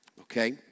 Okay